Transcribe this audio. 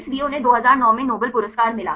इसलिए उन्हें 2009 में नोबेल पुरस्कार मिला